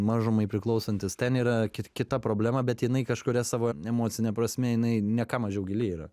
mažumai priklausantis ten yra kit kita problema bet jinai kažkuria savo emocine prasme jinai ne ką mažiau gili yra